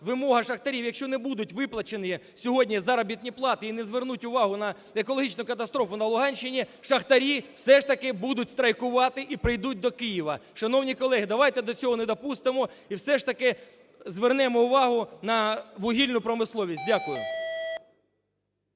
вимога шахтарів, якщо не будуть виплачені сьогодні заробітні плати і не звернуть увагу на екологічну катастрофу на Луганщині, шахтарі все ж таки будуть страйкувати і прийдуть до Києва. Шановні колеги, давайте до цього не допустимо і все ж таки звернемо увагу на вугільну промисловість. Дякую.